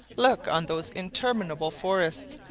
look on those interminable forests,